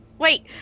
Wait